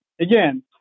Again